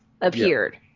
appeared